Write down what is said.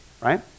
right